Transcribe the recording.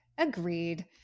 Agreed